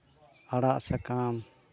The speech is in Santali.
ᱟᱲᱟᱜ ᱥᱟᱠᱟᱢ